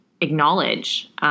acknowledge